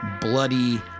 bloody